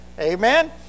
Amen